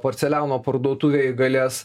porceliano parduotuvėj galės